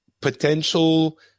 potential